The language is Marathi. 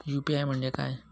यू.पी.आय म्हणजे काय?